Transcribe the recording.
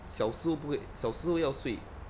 小时侯不会小时侯要睡